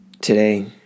Today